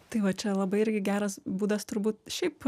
tai va čia labai irgi geras būdas turbūt šiaip